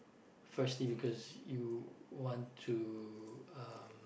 firstly because you want to uh